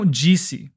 disse